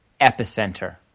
epicenter